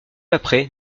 après